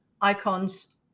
icons